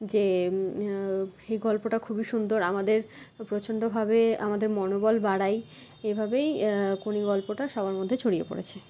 যে এই গল্পটা খুবই সুন্দর আমাদের প্রচণ্ডভাবে আমাদের মনোবল বাড়ায় এভাবেই কোনি গল্পটা সবার মধ্যে ছড়িয়ে পড়েছে